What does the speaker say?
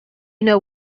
know